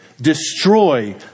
destroy